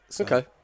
okay